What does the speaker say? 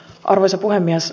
arvoisa puhemies